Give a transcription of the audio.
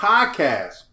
Podcast